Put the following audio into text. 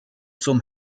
zum